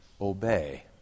obey